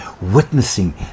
witnessing